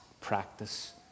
practice